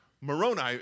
Moroni